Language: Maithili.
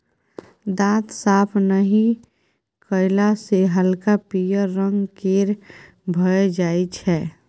दांत साफ नहि कएला सँ हल्का पीयर रंग केर भए जाइ छै